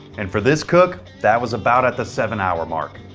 and for this cook, that was about at the seven hour mark.